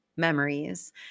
Memories